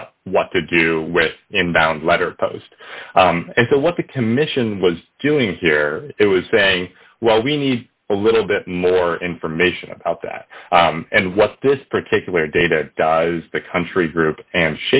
about what to do with inbound letter post and so what the commission was doing here it was saying well we need a little bit more information about that and what this particular data is the country group and